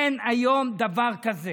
אין היום דבר כזה.